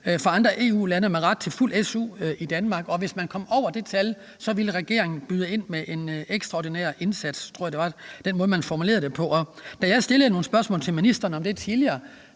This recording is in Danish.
fra andre EU-lande med ret til fuld SU i Danmark. Og hvis man kom over det tal, ville regeringen byde ind med en ekstraordinær indsats. Det var den måde, man formulerede det på,